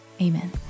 Amen